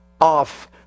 off